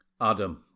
Adam